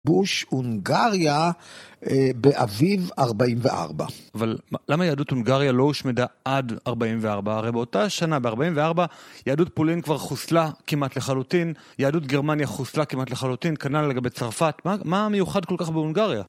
בוש, הונגריה, באביב 44. אבל למה יהדות הונגריה לא הושמדה עד 44? הרי באותה שנה, ב44, יהדות פולין כבר חוסלה כמעט לחלוטין, יהדות גרמניה חוסלה כמעט לחלוטין, כנ"ל לגבי צרפת, מה המיוחד כל כך בהונגריה?